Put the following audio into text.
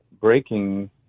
breaking